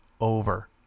over